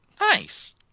Nice